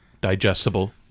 Digestible